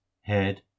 head